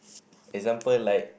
example like